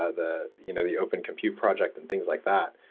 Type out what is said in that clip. ah the you know the open compute project and things like that.